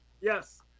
yes